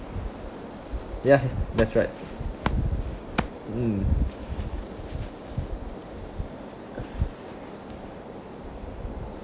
ya that's right mmhmm